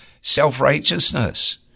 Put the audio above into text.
self-righteousness